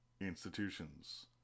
Institutions